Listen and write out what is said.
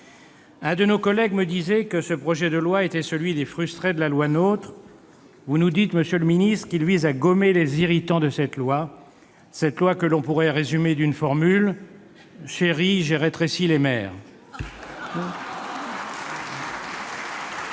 Un de nos collègues me disait que ce projet de loi était celui des frustrés de la loi NOTRe. Vous nous dites, monsieur le ministre, qu'il vise à gommer les irritants de cette loi, que l'on pourrait résumer d'une formule :« Chérie, j'ai rétréci les maires !